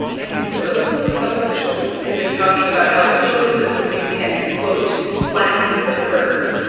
and those public health officials have been talking about how social distancing can, quote, flatten the curve.